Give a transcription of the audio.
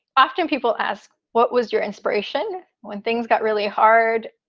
often people ask, what was your inspiration when things got really hard?